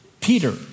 Peter